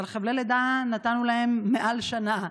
אבל חבלי לידה נתנו להם מעל שנה.